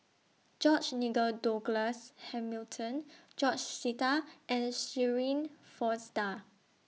George Nigel Douglas Hamilton George Sita and Shirin Fozdar